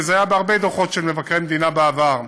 וזה היה בהרבה דוחות של מבקרי מדינה בעבר,